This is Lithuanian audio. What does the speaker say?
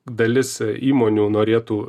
dalis įmonių norėtų